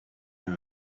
rode